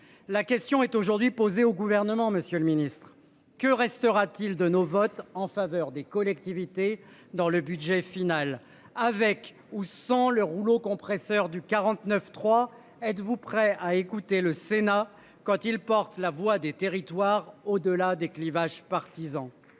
La question est aujourd'hui posée au gouvernement, Monsieur le Ministre, que restera-t-il de nos votes en faveur des collectivités dans le budget final avec ou sans le rouleau compresseur du 49 3. Êtes-vous prêt à écouter le Sénat quand il porte la voix des territoires au-delà des clivages partisans.